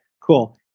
Cool